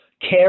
care